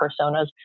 personas